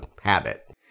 habit